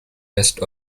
west